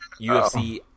UFC